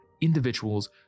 Individuals